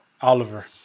oliver